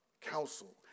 council